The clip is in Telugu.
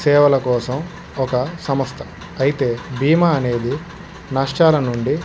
సేవల కోసం ఒక సంస్థ అయితే బీమా అనేది నష్టాల నుండి